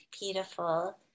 Beautiful